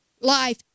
life